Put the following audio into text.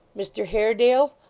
mr haredale,